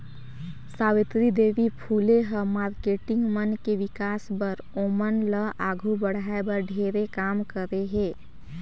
सावित्री देवी फूले ह मारकेटिंग मन के विकास बर, ओमन ल आघू बढ़ाये बर ढेरे काम करे हे